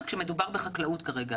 כמדובר בחקלאות כרגע,